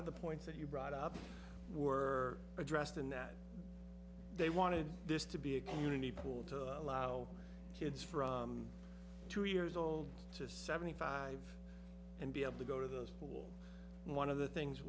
of the points that you brought up were addressed in that they wanted this to be a community pool to allow kids for two years old to seventy five and be able to go to those who will and one of the things